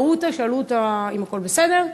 ראו אותה ושאלו אותה אם הכול בסדר,